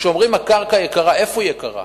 כשאומרים "הקרקע יקרה", איפה היא יקרה?